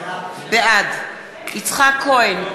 בעד יצחק כהן,